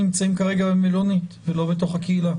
נמצאים כרגע במלוניות ולא בקהילה?